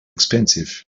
expensive